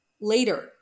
later